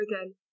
again